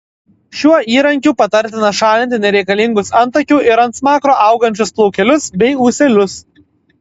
šiuo įrankiu patartina šalinti nereikalingus antakių ir ant smakro augančius plaukelius bei ūselius